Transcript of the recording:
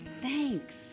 thanks